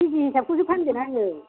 केजि हिसाबखौसो फानगोन आङो